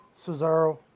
Cesaro